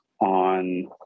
on